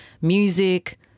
music